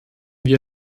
wir